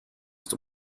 ist